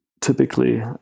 typically